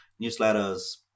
newsletters